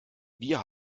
wir